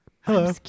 hello